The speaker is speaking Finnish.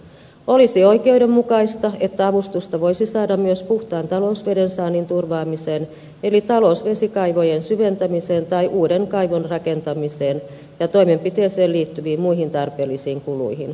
olisi oikeudenmukaista että avustusta voisi saada myös puhtaan talousveden saannin turvaamiseen eli talousvesikaivojen syventämiseen tai uuden kaivon rakentamiseen ja toimenpiteeseen liittyviin muihin tarpeellisiin kuluihin